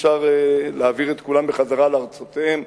אי-אפשר להעביר את כולם חזרה לארצותיהם,